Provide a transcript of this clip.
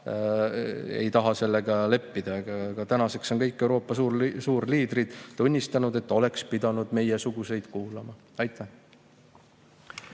ega taha sellega leppida. Aga tänaseks on kõik Euroopa suurliidrid tunnistanud, et oleks pidanud meiesuguseid kuulama. Aitäh!